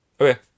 okay